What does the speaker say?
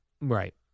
Right